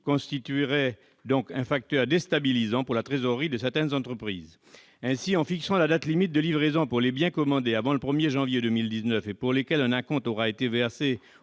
constituerait donc un facteur déstabilisant pour la trésorerie de certaines entreprises. Ainsi, en fixant la date limite de livraison pour les biens commandés avant le 1 janvier 2019, et pour lesquels un acompte aura été versé